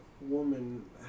woman